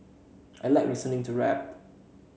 I like listening to rap